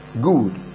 Good